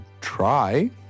try